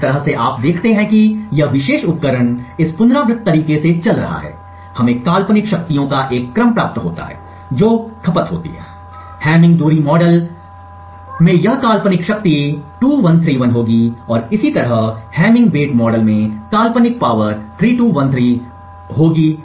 जिस तरह से आप देखते हैं कि यह विशेष उपकरण इस पुनरावृत्त तरीके से चल रहा है हमें काल्पनिक शक्तियों का एक क्रम प्राप्त होता है जो खपत होती हैं हैमिंग दूरी मॉडल में यह काल्पनिक शक्ति 2 1 3 1 होगी और इसी तरह हैमिंग बेट मॉडल में काल्पनिक शक्ति 3 2 1 3 और इत्यादि